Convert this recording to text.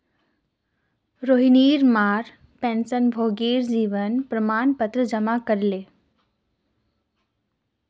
रोहिणीर मां पेंशनभोगीर जीवन प्रमाण पत्र जमा करले